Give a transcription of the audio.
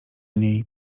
niej